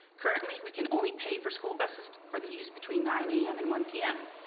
currently we can only pay for school buses for the use between nine a m. and one p m.